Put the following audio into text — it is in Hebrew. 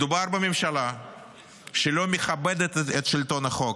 מדובר בממשלה שלא מכבדת את שלטון החוק,